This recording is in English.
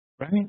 Right